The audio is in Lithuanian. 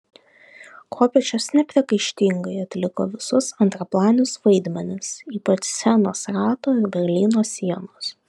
kopėčios nepriekaištingai atliko visus antraplanius vaidmenis ypač scenos rato ir berlyno sienos